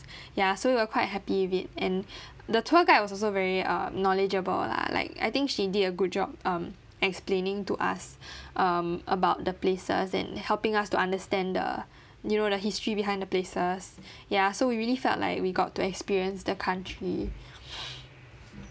ya so we were quite happy with it and the tour guide was also very uh knowledgeable lah like I think she did a good job um explaining to us um about the places and helping us to understand the you know the history behind the places ya so we really felt like we got to experience the country